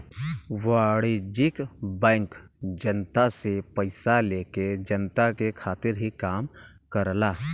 वाणिज्यिक बैंक जनता से पइसा लेके जनता के खातिर ही काम करला